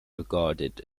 regarded